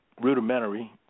rudimentary